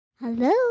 Hello